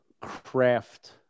craft